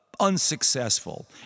unsuccessful